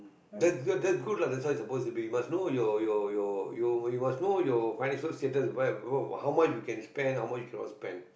that's good that's good lah that's what it's supposed to be you must know your your your you must know your financial status whe~ how much you can spend how much you cannot spend